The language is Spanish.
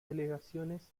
delegaciones